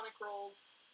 roles